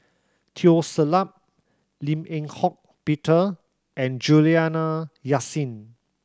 Teo Ser Luck Lim Eng Hock Peter and Juliana Yasin